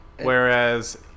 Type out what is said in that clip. whereas